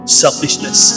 selfishness